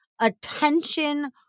attention